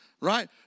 right